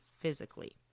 physically